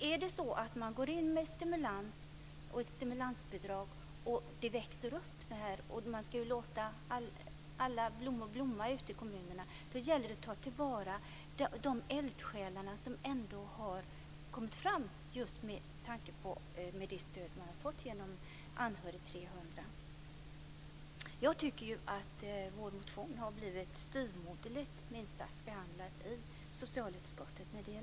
När ett stimulansbidrag lämnas, Anhörig 300, som ger till resultat att något växer fram - man ska låta alla blommor blomma i kommunerna - gäller det att ta till vara de eldsjälar som har trätt fram. Jag tycker att vår motion i den delen har blivit styvmoderligt behandlad i socialutskottet.